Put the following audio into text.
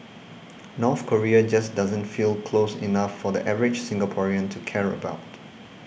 North Korea just doesn't feel close enough for the average Singaporean to care about